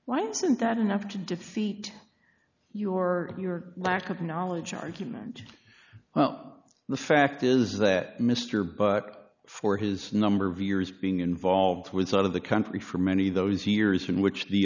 isn't that enough to defeat you or your lack of knowledge argument well the fact is that mr butt for his number of years being involved was out of the country for many of those years in which the